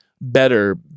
better